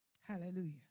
Hallelujah